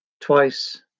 twice